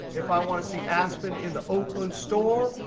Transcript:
if i want to see aspen in the oakland store,